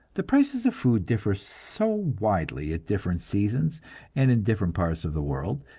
the prices of food differ so widely at different seasons and in different parts of the world,